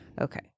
Okay